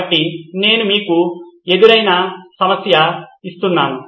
కాబట్టి నేను మీకు ఎదురైన సమస్య ఇది